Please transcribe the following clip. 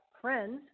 friends